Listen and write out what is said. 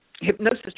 Hypnosis